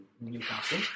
Newcastle